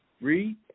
Read